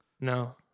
No